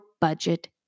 budget